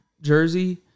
jersey